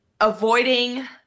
avoiding